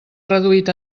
reduït